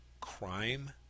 crime